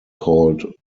called